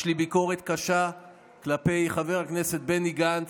יש לי ביקורת קשה כלפי חבר הכנסת בני גנץ,